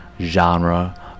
genre